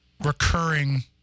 recurring